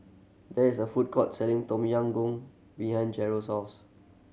there is a food court selling Tom Yam Goong behind Jerrold's house